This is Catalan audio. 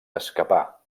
escapar